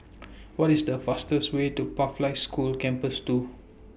What IS The fastest Way to Pathlight School Campus two